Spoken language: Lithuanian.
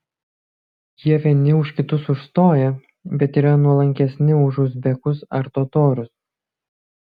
jie vieni už kitus užstoja bet yra nuolankesni už uzbekus ar totorius